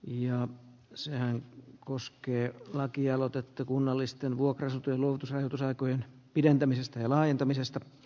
ja sehän koskee lakialoitetta kunnallisten hyviä ihmisiä kohdellaan varmasti samalla lailla